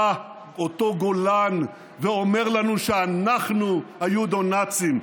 בא אותו גולן ואומר לנו שאנחנו היודונאצים.